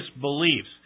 beliefs